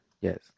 yes